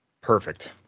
Perfect